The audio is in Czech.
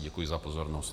Děkuji za pozornost.